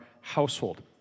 household